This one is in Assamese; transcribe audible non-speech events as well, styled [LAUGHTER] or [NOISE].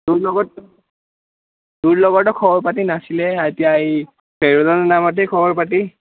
তোৰ লগত তোৰ লগতো খবৰ পাতি নাছিলে [UNINTELLIGIBLE]